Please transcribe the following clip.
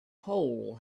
hole